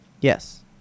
Yes